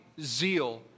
zeal